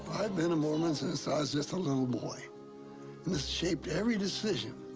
i've been a mormon since i was just a little boy and it's shaped every decision